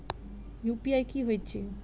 UPI की होइत अछि